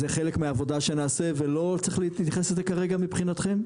זה חלק מהעבודה שנעשה ולא צריך להתייחס לזה כרגע מבחינתכם?